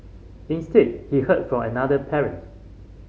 instead he heard from another parent